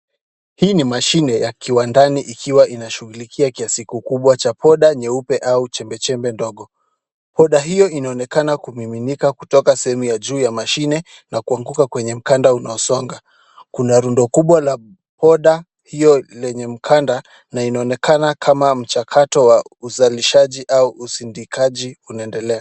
Hii ni mashine ya kiwandani ikiwa inashughulikia kiasi kikubwa cha poda nyeupe au chembe chembe ndogo, poda hiyo inaonekana kumiminika kutoka sehemu ya juu ya mashine na kuanguka kwenye mkanda unaosonga, una lundo kubwa la poda hiyo lenye mkanda, na inaonekana kama mchakato wa uzalishaji au uzidikaji unaendelea.